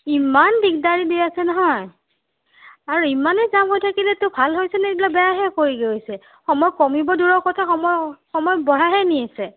ইমান দিগদাৰি দি আছে নহয় আৰু ইমানে জাম হৈ থাকিলেতো ভাল হৈ চোন এইবিলাক বেয়া হে কৰি গৈছে সময় কমিব দূৰৈ কথা সময় সময় বঢ়াইহে নি আছে